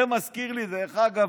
זה מזכיר לי בדיוק, דרך אגב,